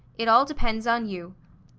it all depends on you.